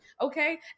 Okay